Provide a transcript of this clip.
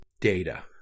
data